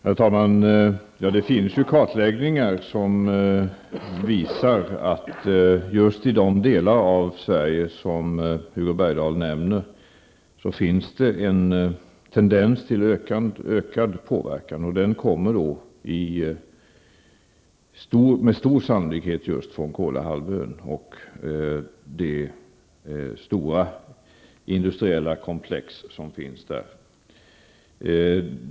Herr talman! Det finns kartläggningar som visar att det just i de delar av Sverige som Hugo Bergdahl nämnde finns det en tendens till ökad påverkan. Utsläppen kommer med stor sannolikhet just från Kolahalvön, från de stora industrikomplexen som finns där.